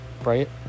Right